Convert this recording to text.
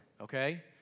okay